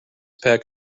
pack